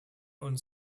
uns